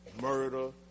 Murder